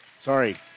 Sorry